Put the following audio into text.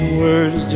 words